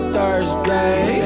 Thursday